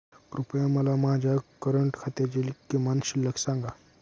कृपया मला माझ्या करंट खात्याची किमान शिल्लक सांगा